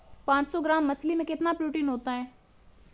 पांच सौ ग्राम मछली में कितना प्रोटीन होता है?